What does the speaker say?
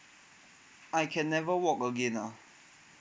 I can never walk again ah